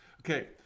Okay